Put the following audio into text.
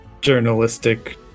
journalistic